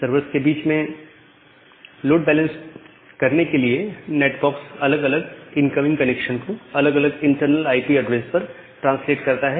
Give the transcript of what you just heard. servers के बीच में लोड बैलेंस करने के लिए नैट बॉक्स अलग अलग इनकमिंग कनेक्शन को अलग अलग इंटरनल आईपी एड्रेस पर ट्रांसलेट करता है